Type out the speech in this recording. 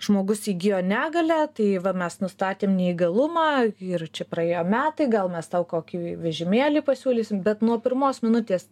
žmogus įgijo negalią tai va mes nustatėm neįgalumą ir čia praėjo metai gal mes tau kokį vežimėlį pasiūlysim bet nuo pirmos minutės